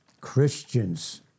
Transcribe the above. Christians